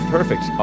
perfect